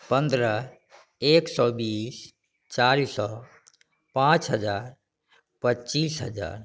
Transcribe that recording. पनरह एक सओ बीस चारि सओ पाँच हजार पचीस हजार